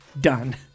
done